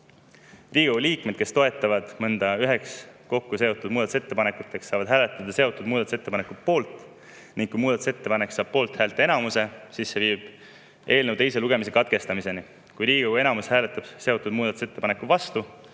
Riigikogu liikmed, kes toetavad mõnda üheks kokku seotud muudatusettepanekutest, saavad hääletada seotud muudatusettepaneku poolt, ning kui muudatusettepanek saab poolthäälte enamuse, siis see viib eelnõu teise lugemise katkestamiseni. Kui Riigikogu enamus hääletab seotud muudatusettepaneku vastu,